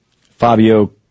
Fabio